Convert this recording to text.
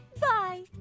Bye